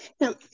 Now